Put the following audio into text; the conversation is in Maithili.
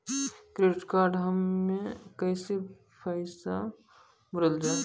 क्रेडिट कार्ड हम्मे कैसे पैसा भरल जाए?